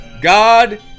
God